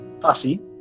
fussy